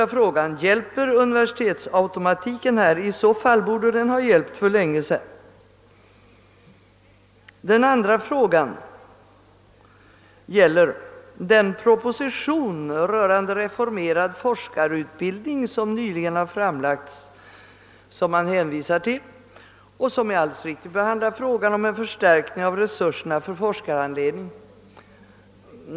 Om universitetsautomatiken vore till hjälp i detta fall skulle den ha hjälpt för länge sedan. Den andra frågan gäller den proposition rörande reformerad forskarutbildning som nyligen har framlagts och som utskottet hänvisar till. Den behandlar bl.a. frågan om en förstärkning av resurserna för forskarhandledning.